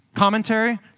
commentary